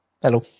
hello